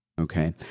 Okay